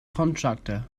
contractor